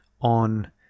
on